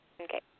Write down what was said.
Okay